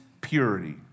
purity